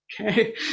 okay